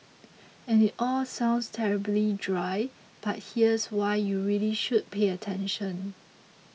it all sounds terribly dry but here's why you really should pay attention